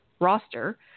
roster